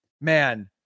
man